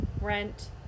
rent